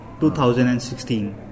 2016